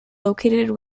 located